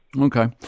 Okay